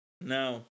No